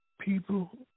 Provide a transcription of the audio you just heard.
people